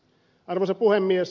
arvoisa puhemies